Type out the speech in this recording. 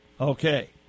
Okay